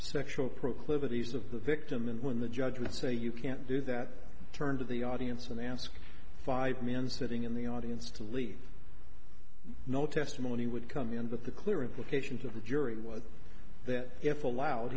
sexual proclivities of the victim and when the judge would say you can't do that turn to the audience and ask five men sitting in the audience to leave no testimony would come in but the clear implication to the jury was that if allo